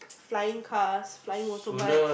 flying cars flying motorbike